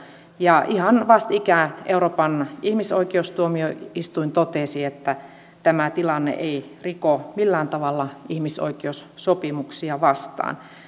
ja ihan vastikään euroopan ihmisoikeustuomioistuin totesi että tämä tilanne ei riko millään tavalla ihmisoikeussopimuksia vastaan